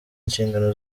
inshingano